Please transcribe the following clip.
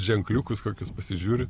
ženkliukus kokius pasižiūri